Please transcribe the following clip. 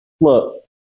look